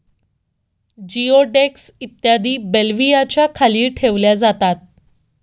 जिओडेक्स इत्यादी बेल्व्हियाच्या खाली ठेवल्या जातात